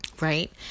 right